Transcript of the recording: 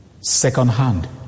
second-hand